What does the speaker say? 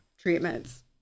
treatments